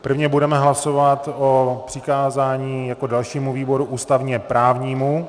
Prvně budeme hlasovat o přikázání jako dalšímu výboru ústavněprávnímu.